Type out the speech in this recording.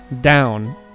down